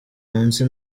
munsi